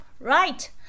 right